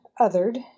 othered